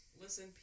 Listen